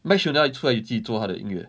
mike shinoda 出来自己做他的音乐